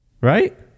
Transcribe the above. Right